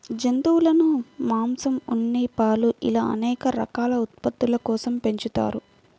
జంతువులను మాంసం, ఉన్ని, పాలు ఇలా అనేక రకాల ఉత్పత్తుల కోసం పెంచుతారు